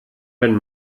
wenn